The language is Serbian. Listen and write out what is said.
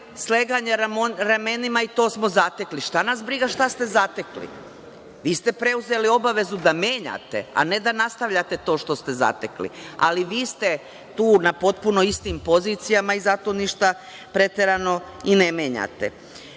sleganje ramenima i to smo zatekli. Šta nas briga šta ste zatekli. Vi ste preuzeli obavezu da menjate, a ne da nastavite to što ste zatekli. Vi ste tu na potpuno istim pozicijama i zato ništa preterano i ne menjate. Mnogo